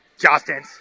Justin